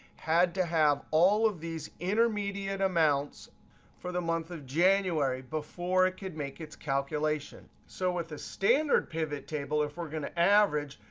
had to have all of these intermediate amounts for the month of january before it could make its calculation. so with a standard pivot table, if we're going to average,